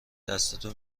دستتو